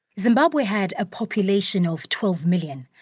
zimbabwe had a population of twelve million,